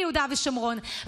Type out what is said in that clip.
ביהודה ושומרון,